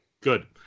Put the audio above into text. good